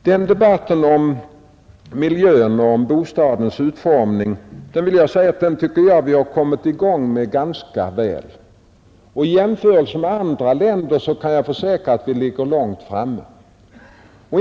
Debatten om miljön och om bostadens utformning har kommit i gång ganska väl. I jämförelse med andra länder ligger vårt land långt framme härvidlag.